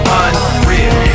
unreal